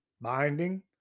Binding